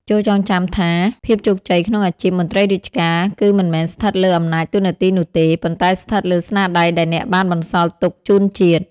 ចូរចាំថា ភាពជោគជ័យក្នុងអាជីពមន្ត្រីរាជការ គឺមិនមែនស្ថិតលើអំណាចតួនាទីនោះទេ ប៉ុន្តែស្ថិតលើស្នាដៃដែលអ្នកបានបន្សល់ទុកជូនជាតិ។